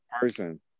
person